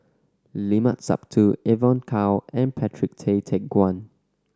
Limat Sabtu Evon Kow and Patrick Tay Teck Guan